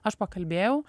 aš pakalbėjau